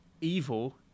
Evil